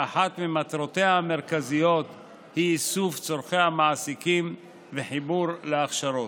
שאחת ממטרותיה המרכזיות היא איסוף צורכי המעסיקים וחיבור להכשרות.